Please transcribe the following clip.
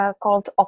called